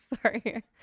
sorry